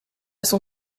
son